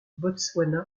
botswana